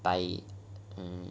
buy mmhmm